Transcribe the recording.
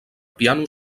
piano